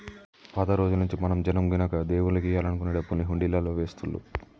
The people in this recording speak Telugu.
పాత రోజుల్నుంచీ మన జనం గినక దేవుడికియ్యాలనుకునే డబ్బుని హుండీలల్లో వేస్తుళ్ళు